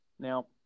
Now